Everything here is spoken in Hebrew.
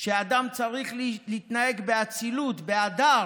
שאדם צריך להתנהג באצילות, בהדר,